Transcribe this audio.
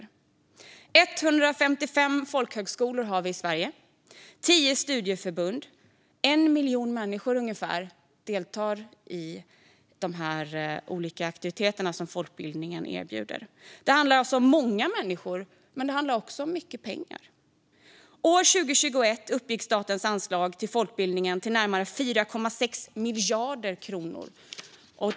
I Sverige har vi 155 folkhögskolor och tio studieförbund. Ungefär 1 miljon människor deltar i de olika aktiviteter som folkbildningen erbjuder. Det handlar alltså om många människor, men det handlar också om mycket pengar. År 2021 uppgick statens anslag till folkbildningen till närmare 4,6 miljarder kronor.